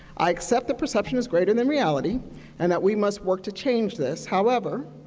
i accept the perception is greater than reality and that we must work to change this. however,